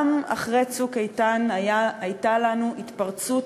גם אחרי "צוק איתן" הייתה לנו התפרצות